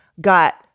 got